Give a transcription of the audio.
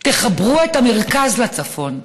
תחברו את המרכז לצפון.